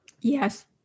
Yes